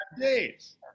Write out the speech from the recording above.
days